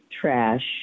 trash